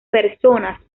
personas